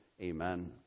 Amen